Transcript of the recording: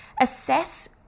assess